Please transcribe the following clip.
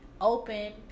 open